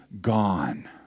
gone